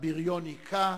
הבריון הכה,